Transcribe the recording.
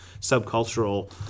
subcultural